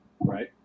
Right